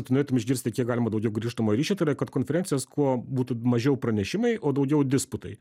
tu norėtum išgirsti kiek galima daugiau grįžtamojo ryšio tai yra kad konferencijos kuo būtų mažiau pranešimai o daugiau disputai